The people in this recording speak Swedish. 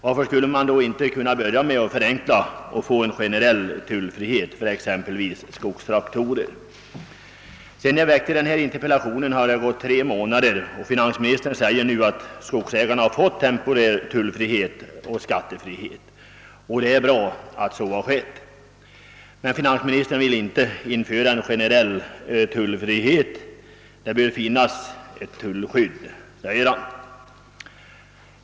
Varför skulle man då inte kunna börja med att förenkla och få en generell tullfrihet för exempelvis skogstraktorer? Sedan jag framställde denna interpellation har tre månader förflutit, och finansministern säger nu att skogsägarna fått temporär tullfrihet och skattefrihet, och det är bra att så har skett. Men finansministern vill inte införa en generell tullfrihet. Det bör finnas ett tullskydd, säger han.